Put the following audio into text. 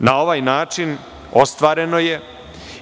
Na ovaj način ostvareno je